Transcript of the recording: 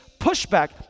pushback